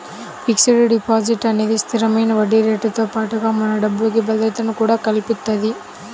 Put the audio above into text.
fixed deposit అనేది స్థిరమైన వడ్డీరేటుతో పాటుగా మన డబ్బుకి భద్రతను కూడా కల్పిత్తది